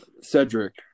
Cedric